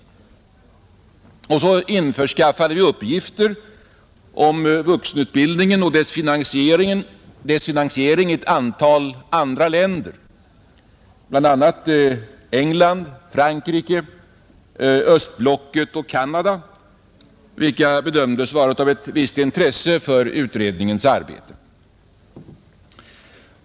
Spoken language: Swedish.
Uppgifter införskaffades också om vuxenutbildningen och dess finansiering i ett antal andra länder, bl.a. England, Frankrike, östblocket och Canada, vilka bedömdes vara av ett visst intresse för utredningens arbete.